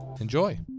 Enjoy